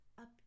up